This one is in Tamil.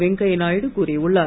வெங்கய்ய நாயுடு கூறியுள்ளார்